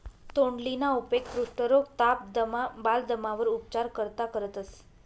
तोंडलीना उपेग कुष्ठरोग, ताप, दमा, बालदमावर उपचार करता करतंस